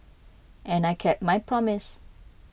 and I kept my promise